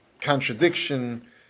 contradiction